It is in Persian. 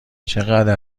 چقدر